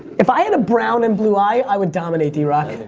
if i had a brown and blue eye, i would dominate drock.